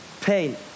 pain